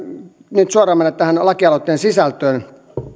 nyt suoraan mennä tähän lakialoitteen sisältöön